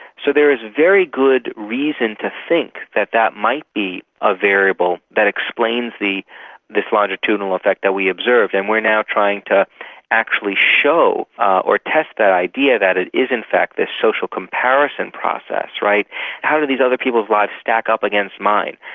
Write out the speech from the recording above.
so there is very good reason to think that that might be a variable that explains this longitudinal effect that we observed. and we are now trying to actually show or test that idea, that it is in fact this social comparison process. how how do these other people's lives stack up against mine?